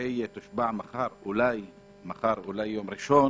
שכנראה תושבע מחר או ביום ראשון,